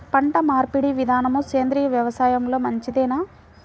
పంటమార్పిడి విధానము సేంద్రియ వ్యవసాయంలో మంచిదేనా?